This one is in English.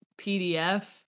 PDF